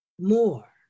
more